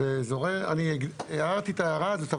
אני הערתי את ההערה הזאת,